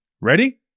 Ready